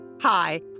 Hi